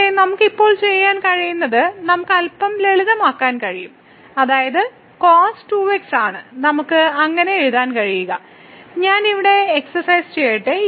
പക്ഷേ നമുക്ക് ഇപ്പോൾ ചെയ്യാൻ കഴിയുന്നത് നമുക്ക് അൽപ്പം ലളിതമാക്കാൻ കഴിയും അതായത് cos 2x ആണ് നമുക്ക് അങ്ങനെ എഴുതാൻ കഴിയുക ഞാൻ ഇവിടെ എക്സർസൈസ് ചെയ്യട്ടെ